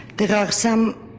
there are some,